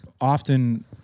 often